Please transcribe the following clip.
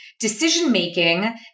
Decision-making